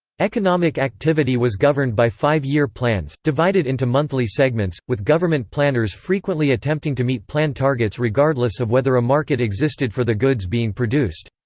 economic activity was governed by five year plans, divided into monthly segments, with government planners frequently attempting to meet plan targets regardless of whether a market existed for the goods being produced.